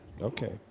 Okay